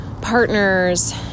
partners